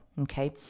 Okay